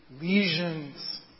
lesions